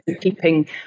keeping